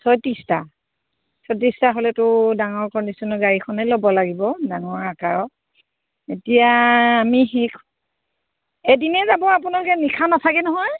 ছয়ত্ৰিছটা ছয়ত্ৰিছটা হ'লেতো ডাঙৰ কণ্ডিশ্যনৰ গাড়ীখনেই ল'ব লাগিব ডাঙৰ আকাৰৰ এতিয়া আমি সেই এদিনেই যাব আপোনালোকে নিশা নাথাকে নহয়